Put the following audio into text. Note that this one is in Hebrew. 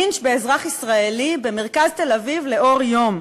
לינץ' באזרח ישראלי במרכז תל-אביב לאור יום.